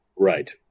Right